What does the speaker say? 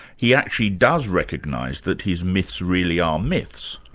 he actually does recognise that his myths really are myths.